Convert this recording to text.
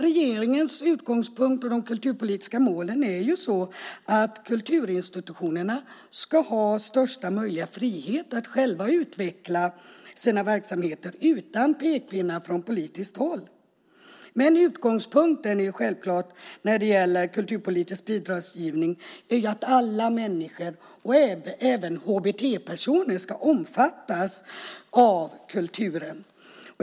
Regeringens utgångspunkt - och det ingår också i de kulturpolitiska målen - är att kulturinstitutionerna ska ha största möjliga frihet att själva utveckla sina verksamheter utan pekpinnar från politiskt håll. Utgångspunkten när det gäller kulturpolitisk bidragsgivning är dock självklart att alla människor, även HBT-personer, ska omfattas av kulturen.